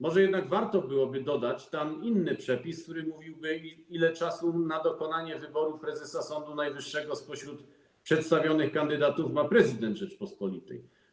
Może jednak warto byłoby dodać tam inny przepis, który mówiłby, ile czasu na dokonanie wyboru prezesa Sądu Najwyższego spośród przedstawionych kandydatów ma prezydent Rzeczypospolitej.